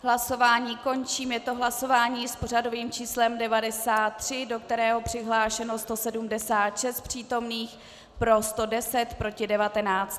Hlasování končím, je to hlasování s pořadovým číslem 93, do kterého je přihlášeno 176 přítomných, pro 110, proti 19.